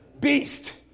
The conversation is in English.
Beast